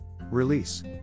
Release